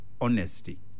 honesty